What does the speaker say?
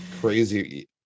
crazy